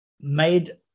made